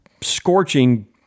scorching